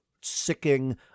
sicking